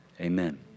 Amen